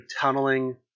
tunneling